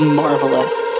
marvelous